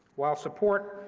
while support